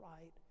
right